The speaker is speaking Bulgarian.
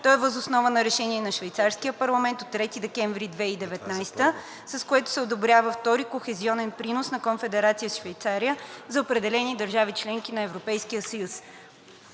То е въз основа на Решение на швейцарския парламент от 3 декември 2019 г., с което се одобрява Втори кохезионен принос на Конфедерация Швейцария за определени държави – членки на Европейския съюз.